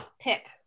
pick